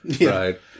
right